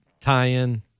tie-in